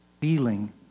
feeling